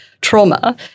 trauma